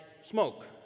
smoke